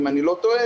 אם אני לא טועה,